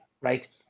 Right